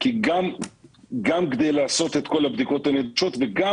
גם כדי לעשות את כל הבדיקות הנדרשות וגם